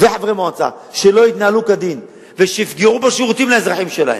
זה דבר נכון?